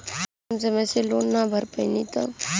हम समय से लोन ना भर पईनी तब?